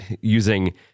using